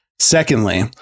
Secondly